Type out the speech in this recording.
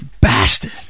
Bastard